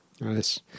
Nice